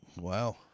Wow